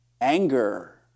Anger